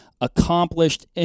accomplished